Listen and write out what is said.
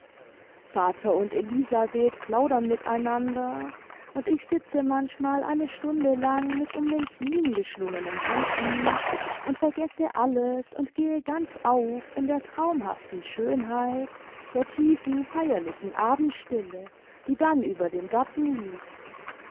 vater und elisabeth plaudern miteinander und ich sitze manchmal eine stunde lang mit um den knien geschlungenen händen und vergesse alles und gehe ganz auf in der traumhaften schönheit der tiefen feierlichen abendstille die dann über dem garten liegt